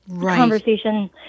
conversation